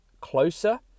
closer